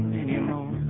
anymore